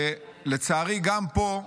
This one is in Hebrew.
ולצערי גם פה,